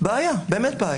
בעיה, באמת בעיה.